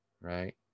right